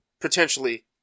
potentially